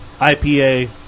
IPA